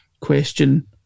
question